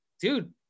dude